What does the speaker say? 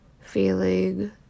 feeling